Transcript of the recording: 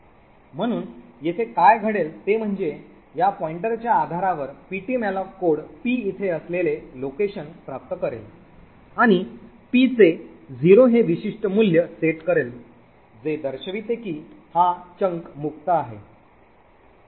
म्हणून येथे काय घडेल ते म्हणजे या पॉईंटरच्या आधारावर ptmalloc कोड p इथे असलेले location प्राप्त करेल आणि पी चे 0 हे विशिष्ट मूल्य सेट करेल जे दर्शविते की हा हिस्सा मुक्त आहे